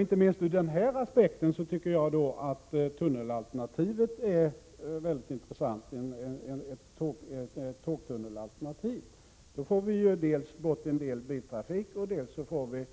Inte minst ur denna aspekt är ett tågtunnelalternativ mycket intressant. Då skulle vi dels få bort viss biltrafik, dels få